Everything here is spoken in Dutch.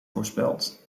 voorspeld